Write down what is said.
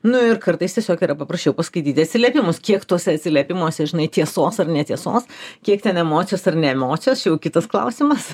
nu ir kartais tiesiog yra paprasčiau paskaityti atsiliepimus kiek tuose atsiliepimuose žinai tiesos ar netiesos kiek ten emocijos ar ne emocijos jau kitas klausimas